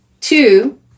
two